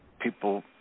people